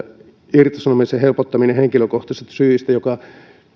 irtisanomisen helpottamisessa henkilökohtaisista syistä mikä